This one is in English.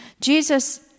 Jesus